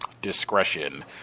discretion